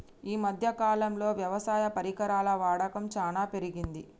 ఈ మధ్య కాలం లో వ్యవసాయ పరికరాల వాడకం చానా పెరిగింది